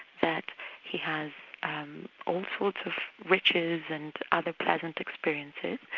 that he has all sorts of riches and other pleasant experiences.